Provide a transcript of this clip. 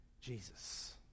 jesus